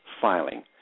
filing